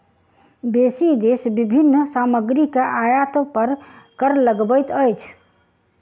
बेसी देश विभिन्न सामग्री के आयात पर कर लगबैत अछि